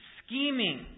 scheming